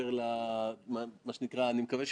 פה דברים חדשים דרך אגב: בכנסת בכלל,